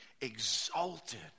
exalted